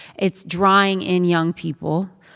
it's drawing in young people.